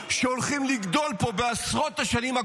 פוחדים.